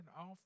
off